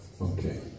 Okay